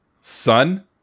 son